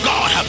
God